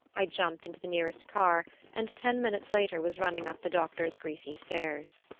i jumped into the nearest car and ten minutes later was running up the doctor's greasy stairs.